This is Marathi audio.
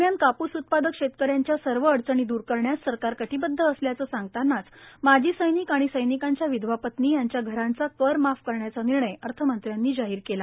दरम्यान कापूस उत्पादक शेतकऱ्यांच्या सर्व अडचणी दूर करण्यास सरकार कटिबद्ध असल्याचं सांगतानाच माजी सैनिक आणि सैनिकांच्या विधवा पत्नी यांच्या घरांचा कर माफ करण्याचा निर्णय अर्थमंत्र्यांनी जाहीर केला